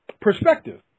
perspective